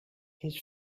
his